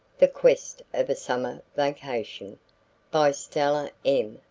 the quest of a summer vacation by stella m.